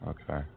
Okay